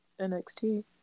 NXT